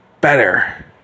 better